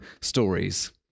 stories